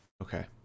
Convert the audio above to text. Okay